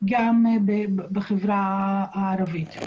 וגם בחברה הערבית.